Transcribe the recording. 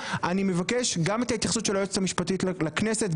אני מבקש גם את ההתייחסות של היועצת המשפטית לכנסת,